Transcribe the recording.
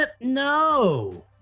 No